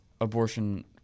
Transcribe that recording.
abortion